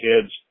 kids